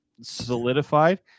solidified